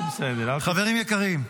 חברים יקרים,